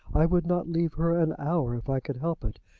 i would not leave her an hour, if i could help it,